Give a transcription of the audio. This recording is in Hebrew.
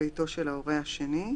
לביתו של ההורה השני,"